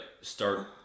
start